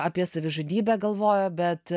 apie savižudybę galvojo bet